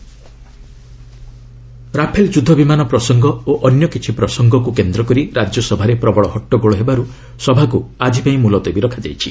RS adjourn Rafale ଯୁଦ୍ଧବିମାନ ପ୍ରସଙ୍ଗ ଓ ଅନ୍ୟ କିଛି ପ୍ରସଙ୍ଗକୁ କେନ୍ଦ୍ର କରି ରାକ୍ୟସଭାରେ ପ୍ରବଳ ହଟ୍ଟଗୋଳ ହେବାରୁ ସଭାକୁ ଆକି ପାଇଁ ମୁଲତବୀ ରଖାଯାଇଛି